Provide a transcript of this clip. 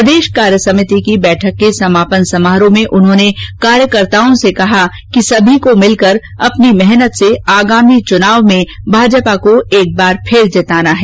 प्रदेश कार्यसमिति की बैठक के समापन समारोह में उन्होंने कार्यकर्ताओँ से कहा कि सभी को मिलकर अपनी मेहनत से आगामी चुनाव में भाजपा को एक बार फिर जीताना है